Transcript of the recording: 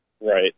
Right